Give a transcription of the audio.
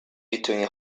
between